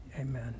Amen